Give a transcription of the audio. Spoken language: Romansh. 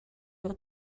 lur